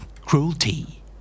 Cruelty